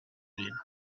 l’île